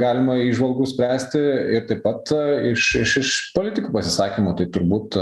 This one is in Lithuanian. galima įžvalgų spręsti ir taip pat iš iš iš politikų pasisakymų tai turbūt